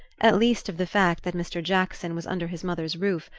at least of the fact that mr. jackson was under his mother's roof,